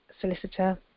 solicitor